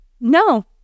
No